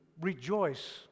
rejoice